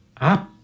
up